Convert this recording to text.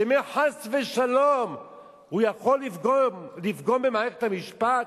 שמא חס ושלום הוא יכול לפגום במערכת המשפט,